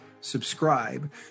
subscribe